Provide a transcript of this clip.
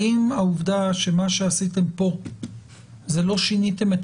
האם העובדה שמה שעשיתם פה זה לא שיניתם את